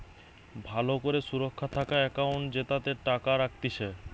ভালো করে সুরক্ষা থাকা একাউন্ট জেতাতে টাকা রাখতিছে